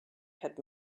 had